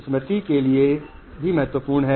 स्मृति के लिए भी महत्वपूर्ण है